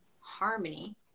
harmony